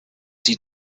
sie